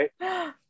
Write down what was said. right